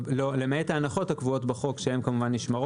למעט ההנחות הקבועות בחוק שנשמרות.